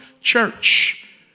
church